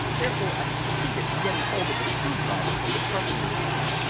therefore i succeeded in getting hold of a screwdriver from the carpenter's shop,